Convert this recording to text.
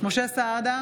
משה סעדה,